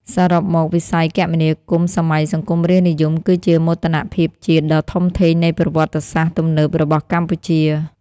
សរុបមក វិស័យគមនាគមន៍សម័យសង្គមរាស្ត្រនិយមគឺជាមោទនភាពជាតិដ៏ធំធេងនៃប្រវត្តិសាស្ត្រទំនើបរបស់កម្ពុជា។